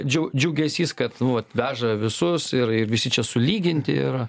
džiau džiugesys kad nu vat veža visus ir ir visi čia sulyginti ir